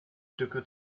stücke